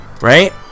right